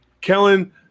Kellen